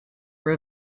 were